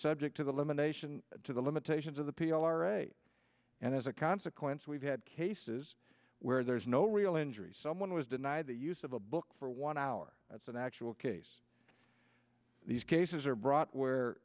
subject to the limitation to the limitations of the p r a and as a consequence we've had cases where there is no real injury someone was denied the use of a book for one hour that's an actual case these cases are brought where